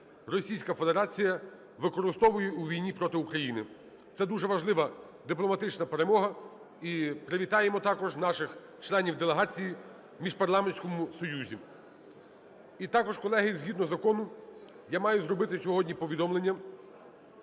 Російська Федерація використовує у війні проти України. Це дуже важлива дипломатична перемога і привітаємо також наших членів делегації в Міжпарламентському союзі. І також, колеги, згідно закону, я маю зробити сьогодні повідомлення.